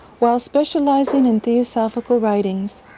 while specializing in theosophical writings,